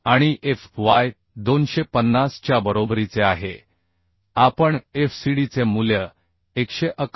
आणि Fy 250 च्या बरोबरीचे आहे आपण FCDचे मूल्य 111